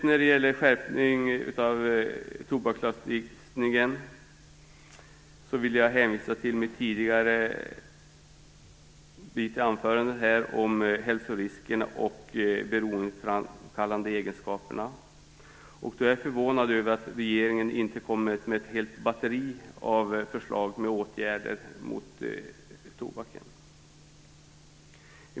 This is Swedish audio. När det gäller skärpning av tobakslagstiftningen i övrigt vill jag hänvisa till vad jag sade tidigare i anförandet om hälsoriskerna och de beroendeframkallande egenskaperna. Jag är förvånad över att regeringen inte kommer med ett helt batteri med förslag till åtgärder mot tobaken.